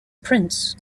prince